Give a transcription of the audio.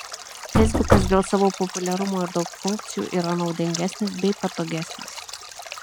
feisbukas dėl savo populiarumo ir daug funkcijų yra naudingesnis bei patogesnis